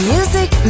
Music